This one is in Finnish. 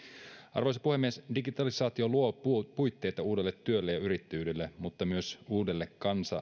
arvoisa puhemies digitalisaatio luo puitteita uudelle työlle ja yrittäjyydelle mutta myös uudelle